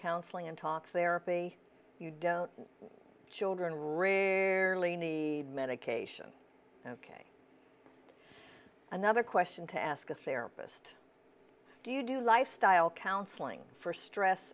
counseling and talks there be you don't children rarely need medication ok another question to ask a therapist do you do lifestyle counseling for stress